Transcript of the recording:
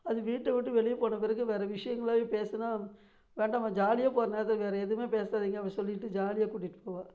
அது வீட்டை விட்டு வெளியே போன பிறகு வேறு விஷயங்களை பேசினா வேண்டாம்மா ஜாலியாக போகற நேரத்தில் வேறு எதுவுமே பேசாதிங்க அப்படி சொல்லிவிட்டு ஜாலியாக கூட்டிகிட்டு போவா